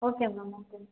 okay ma'am okay